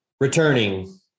returning